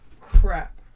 Crap